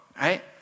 Right